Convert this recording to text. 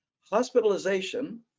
Hospitalization